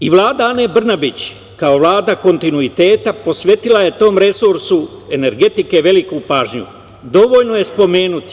I Vlada Ane Brnabić, kao Vlada kontinuiteta, posvetila je tom resursu energetike veliku pažnju.